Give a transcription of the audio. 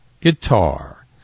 Guitar